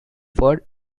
word